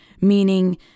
meaning